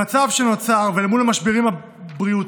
במצב שנוצר ואל מול המשברים הבריאותיים,